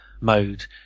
mode